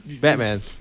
Batman